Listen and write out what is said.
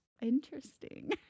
interesting